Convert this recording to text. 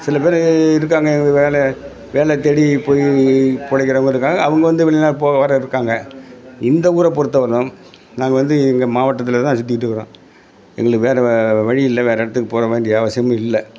சில பேர் இருக்காங்க எங்களுக்கு வேலை வேலை தேடி போய் பொழைக்குறவங்க இருக்காங்க அவங்க வந்து வெளிநாடு போக வர இருக்காங்க இந்த ஊரை பொறுத்த வர்லும் நாங்கள் வந்து இங்கே மாவட்டத்தில் தான் சுற்றிட்டுகிறோம் எங்களுக்கு வேறே வ வழி இல்லை வேறே இடத்துக்கு போகிற வேண்டிய அவசியமும் இல்லை